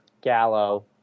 Gallo